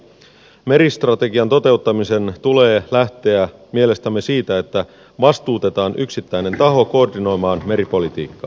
meristrategian toteuttamisen tulee lähteä mielestämme siitä että vastuutetaan yksittäinen taho koordinoimaan meripolitiikkaa